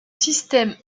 système